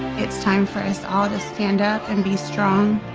it's time for us all to stand up and be strong